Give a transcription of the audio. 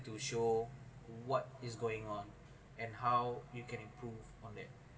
to show what is going on and how you can improve on it